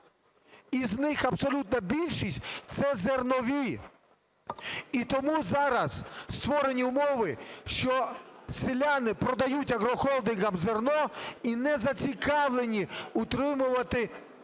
з них абсолютна більшість – це зернові. І тому зараз створені умови, що селяни продають агрохолдингам зерно і не зацікавлені утримувати